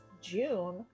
June